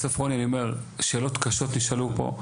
בסוף רוני אני אומר, שאלות קשות נשאלו פה.